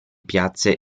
piazze